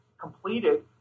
completed